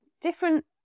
different